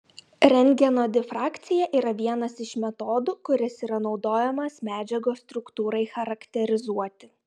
rentgeno difrakcija yra vienas iš metodų kuris yra naudojamas medžiagos struktūrai charakterizuoti